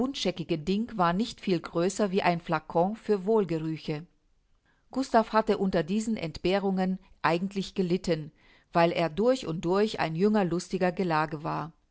ding war nicht viel größer wie ein flacon für wohlgerüche gustav hatte unter diesen entbehrungen eigentlich gelitten weil er durch und durch ein jünger lustiger gelage war